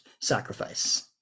sacrifice